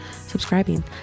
subscribing